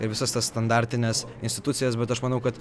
ir visas tas standartines institucijas bet aš manau kad